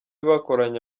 bakoranye